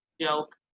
joke